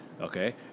Okay